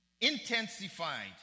intensified